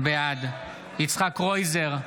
בעד יצחק קרויזר,